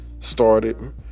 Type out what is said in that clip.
started